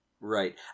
Right